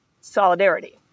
solidarity